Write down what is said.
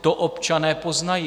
To občané poznají.